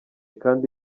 kandi